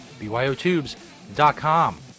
BYOTubes.com